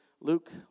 Luke